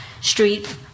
Street